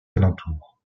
alentour